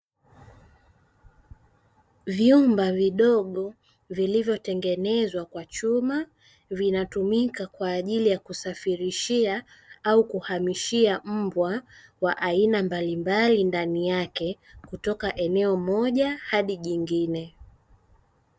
Vyumba vidogo vilivyotengenezwa kwa chuma. Vinatumika kwa ajili ya kusafirishia au kuhamishia mbwa wa aina mbalimbali ndani yake kutoka eneo moja hadi jingine.